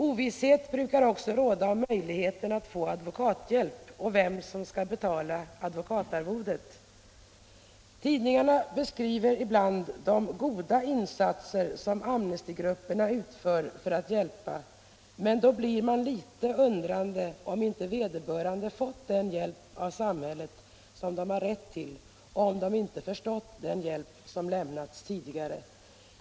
Ovisshet brukar också råda om möjligheterna att få advokathjälp och om vem som skall betala advokatarvodet. Tidningarna beskriver ibland de goda insatser som Amnestygrupperna gör för att hjälpa, men man undrar då om inte vederbörande fått den hjälp av samhället som han eller hon har rätt till och har förstått den hjälp som lämnats tidigare.